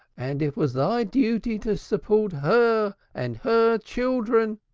and it was thy duty to support her and her children.